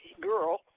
girl